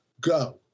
go